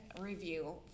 review